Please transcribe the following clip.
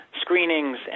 screenings